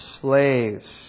slaves